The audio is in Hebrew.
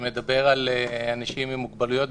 שמדבר על אנשים עם מוגבלויות,